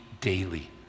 daily